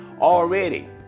already